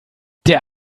der